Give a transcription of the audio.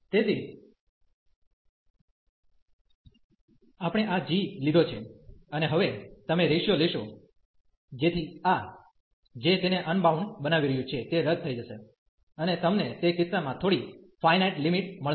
તેથી આપણે આ g લીધો છે અને હવે તમે રેશીયો લેશો જેથી આ જે તેને અનબાઉન્ડ બનાવી રહ્યું છે તે રદ થઈ જશે અને તમને તે કિસ્સામાં થોડી ફાયનાઈટ લિમિટ મળશે